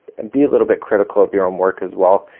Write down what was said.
and be a little bit critical of your own work as well.